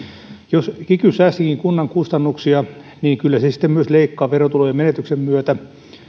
jos kiky säästikin kunnan kustannuksia niin kyllä se sitten myös leikkaa verotulojen menetyksen myötä